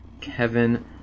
Kevin